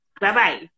Bye-bye